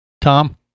Tom